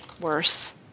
worse